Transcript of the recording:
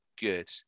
good